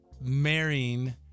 marrying